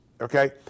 okay